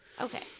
Okay